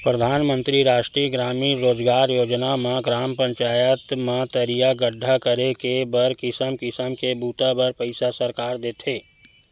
परधानमंतरी रास्टीय गरामीन रोजगार योजना म ग्राम पचईत म तरिया गड्ढ़ा करे के बर किसम किसम के बूता बर पइसा सरकार देथे